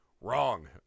Wrong